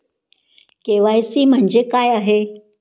KYC म्हणजे काय आहे?